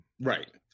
right